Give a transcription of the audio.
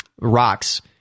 rocks